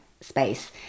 space